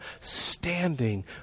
standing